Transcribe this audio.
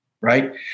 right